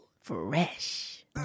Fresh